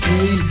Hey